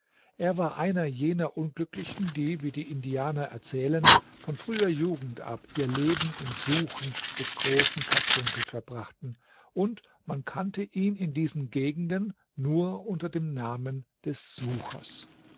er war einer jener unglücklichen die wie die indianer erzählen von früher jugend ab ihr leben im suchen des großen karfunkel verbrachten und man kannte ihn in diesen gegenden nur unter dem namen des suchers